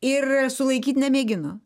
ir sulaikyt nemėgino